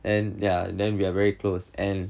and ya then we are very close and